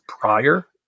prior